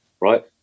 Right